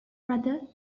brother